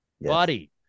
buddy